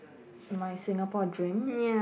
my Singapore dream